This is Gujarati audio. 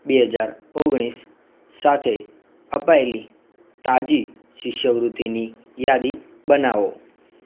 બે હજાર ઓગણીસ સાથે અપાયેલી તાજી શિષ્યવૃત્તિની યાદી બનાવો